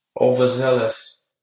Overzealous